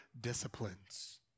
disciplines